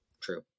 True